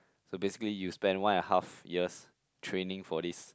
so basically you spent one and a half years training for these